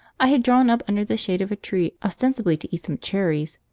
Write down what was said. i had drawn up under the shade of a tree ostensibly to eat some cherries,